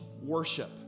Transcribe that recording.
worship